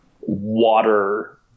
water